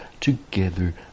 together